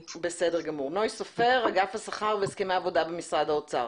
נוי סופר, אגף השכר והסכמי עבודה במשרד האוצר.